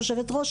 היושבת-ראש,